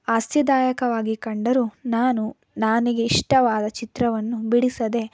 ಹಾಸ್ಯದಾಯಕವಾಗಿ ಕಂಡರೂ ನಾನು ನನಗೆ ಇಷ್ಟವಾದ ಚಿತ್ರವನ್ನು ಬಿಡಿಸದೇ